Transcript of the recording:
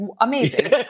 amazing